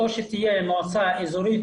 או שתהיה מועצה אזורית,